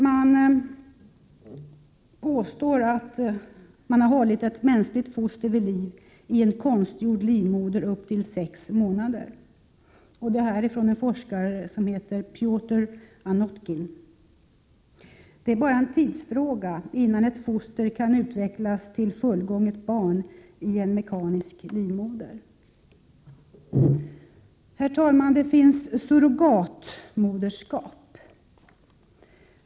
Det påstås att man har hållit ett mänskligt foster vid liv i en konstgjord livmoder upp till sex månader, säger en forskare som heter Pjotr Anokhin. Det är bara en tidsfråga innan ett foster kan utvecklas till fullgånget barn i en mekanisk livmoder. Herr talman! Det finns surrogatmoderskap.